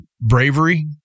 bravery